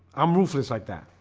i'm roofless like that.